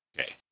Okay